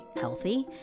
healthy